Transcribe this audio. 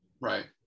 Right